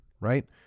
right